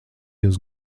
jūs